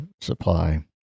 supply